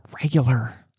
regular